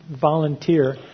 volunteer